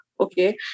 Okay